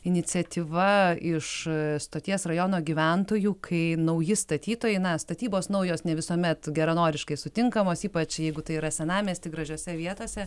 iniciatyva iš stoties rajono gyventojų kai nauji statytojai na statybos naujos ne visuomet geranoriškai sutinkamas ypač jeigu tai yra senamiesty gražiose vietose